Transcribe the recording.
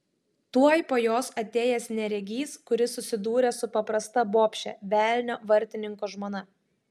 tuoj po jos atėjęs neregys kuris susidūrė su paprasta bobše velnio vartininko žmona